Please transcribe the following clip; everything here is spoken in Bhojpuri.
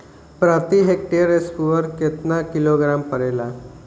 प्रति हेक्टेयर स्फूर केतना किलोग्राम पड़ेला?